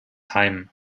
heim